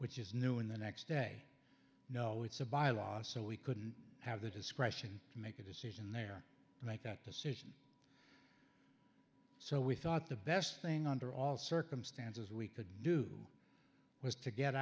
which is new in the next day no it's a by law so we couldn't have the discretion to miss it in there and make that decision so we thought the best thing under all circumstances we could do was to get